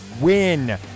win